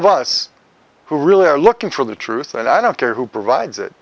of us who really are looking for the truth and i don't care who provides it